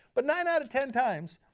but nine out of ten times,